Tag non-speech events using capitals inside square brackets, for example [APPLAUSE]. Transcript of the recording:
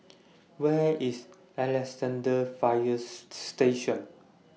Where IS Alexandra Fire [UNINTELLIGIBLE] Station